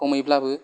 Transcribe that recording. खमैब्लाबो